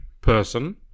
person